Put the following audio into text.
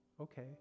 Okay